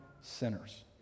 sinners